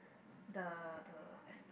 the the Espla~